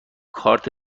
کارت